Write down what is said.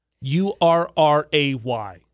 U-R-R-A-Y